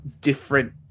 different